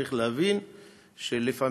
צריך להבין שלפעמים